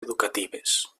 educatives